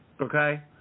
Okay